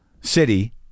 city